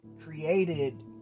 created